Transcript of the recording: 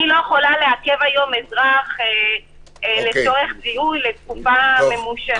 אני היום לא יכולה לעכב אזרח לצורך זיהוי לתקופה ממושכת.